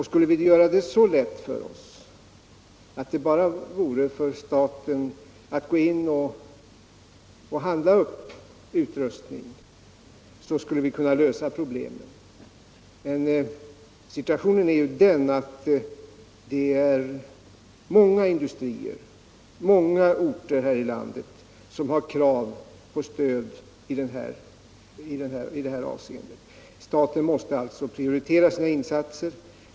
Skulle vi göra det så lätt för oss att staten bara kunde gå in och handla upp utrustning skulle vi kunna lösa problemen, men situationen är den att många industrier och många orter här i landet har krav på stöd i det här avseendet. Staten måste alltså prioritera sina insatser.